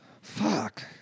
Fuck